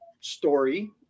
story